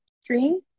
string